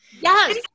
Yes